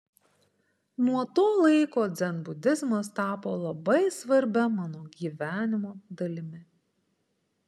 nuo to laiko dzenbudizmas tapo labai svarbia mano gyvenimo dalimi